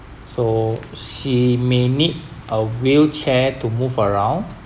so she may need a wheelchair to move around